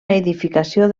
edificació